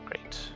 Great